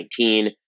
2019